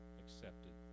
accepted